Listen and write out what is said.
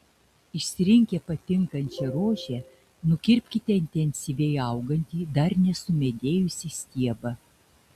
išsirinkę patinkančią rožę nukirpkite intensyviai augantį dar nesumedėjusį stiebą